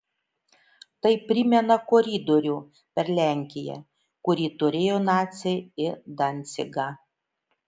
tai primena koridorių per lenkiją kurį turėjo naciai į dancigą